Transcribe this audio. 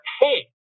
Hey